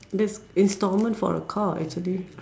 that's instalment for a car actually